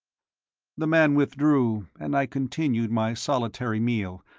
the man withdrew, and i continued my solitary meal,